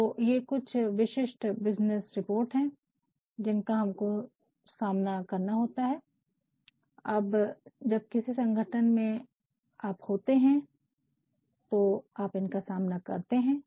तो ये कुछ विशिष्ट बिज़नेस रिपोर्ट है जिनका हमको सामना होता है जब किसी संगठन में होते है